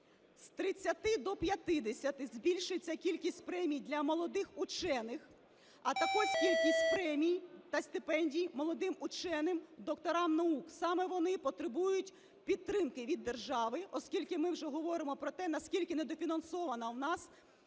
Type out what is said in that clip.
З 30 до 50 збільшиться кількість премій для молодих учених, а також кількість премій та стипендій молодим ученим-докторам наук. Саме вони потребують підтримки від держави, оскільки ми вже говоримо про те, наскільки недофінансована у нас наука